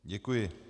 Děkuji.